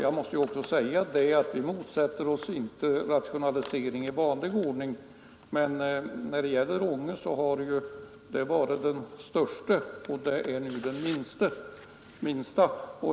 Vi motsätter oss inte rationalisering i vanlig ordning, men Ånge har tidigare varit den största och är nu den minsta.